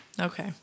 Okay